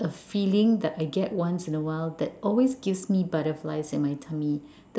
a feeling that I get once in a while that always gives me butterflies in my tummy